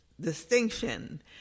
distinction